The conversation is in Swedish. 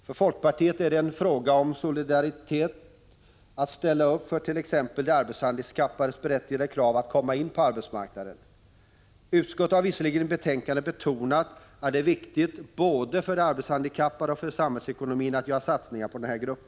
För folkpartiet är det en fråga om solidaritet att ställa upp fört.ex. de arbetshandikappades berättigade krav att komma in på arbetsmarknaden. Utskottet har visserligen i betänkandet betonat att det är viktigt både för de arbetshandikappade och för samhällsekonomin att göra satsningar på denna grupp.